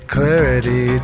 Clarity